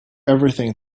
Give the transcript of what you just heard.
everything